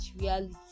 reality